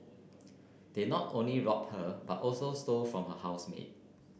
they not only robbed her but also stole from her housemate